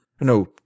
No